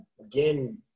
Again